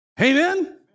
Amen